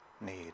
need